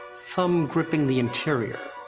thumb griping the interior.